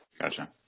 Gotcha